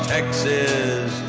Texas